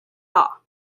law